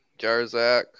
jarzak